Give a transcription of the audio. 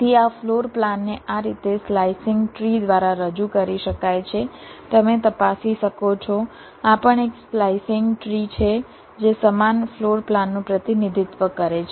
તેથી આ ફ્લોર પ્લાનને આ રીતે સ્લાઈસિંગ ટ્રી દ્વારા રજૂ કરી શકાય છે તમે તપાસી શકો છો આ પણ એક સ્લાઈસિંગ ટ્રી છે જે સમાન ફ્લોર પ્લાનનું પ્રતિનિધિત્વ કરે છે